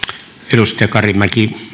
edustaja karimäki